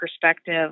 perspective